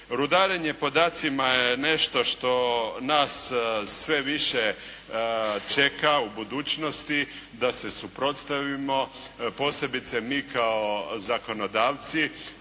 Rudarenje podacima je nešto što nas sve više čeka u budućnosti da se suprotstavimo posebice mi kao zakonodavci